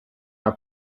our